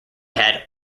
had